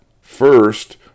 First